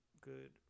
good